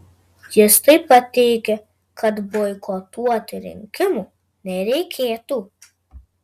jis taip pat teigė kad boikotuoti rinkimų nereikėtų